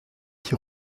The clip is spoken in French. qui